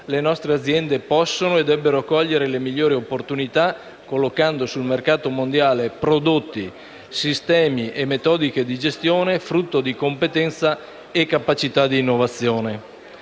le nostre aziende possono e debbono cogliere le migliori opportunità collocando sul mercato mondiale prodotti, sistemi e metodiche di gestione frutto di competenza e capacità di innovazione.